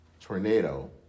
tornado